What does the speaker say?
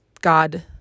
God